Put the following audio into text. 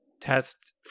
test